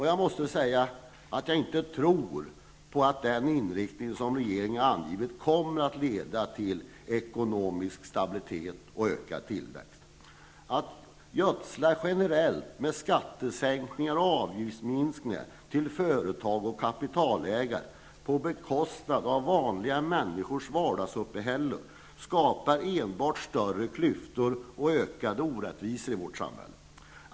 Jag måste säga att jag inte tror att den inriktning som regeringen angivit kommer att leda till ekonomisk stabilitet och ökad tillväxt. Att gödsla med generella skattesänkningar och avgiftsminskningar för företag och kapitalägare på bekostnad av vanliga människors vardagsuppehälle skapar enbart större klyftor och ökade orättvisor i vårt samhälle.